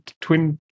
twin